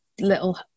little